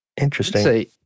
Interesting